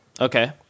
Okay